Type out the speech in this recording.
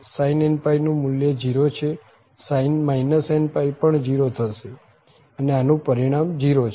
sin nπ નું મુલ્ય 0 છે sin nπ પણ 0 થશે અને આનું પરિણામ 0 છે